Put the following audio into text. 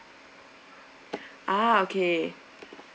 ah okay